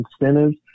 incentives